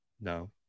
No